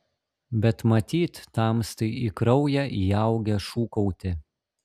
bet matyt tamstai į kraują įaugę šūkauti